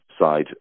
side